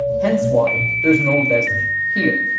hence why there's no desert here,